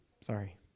Sorry